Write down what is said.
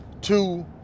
two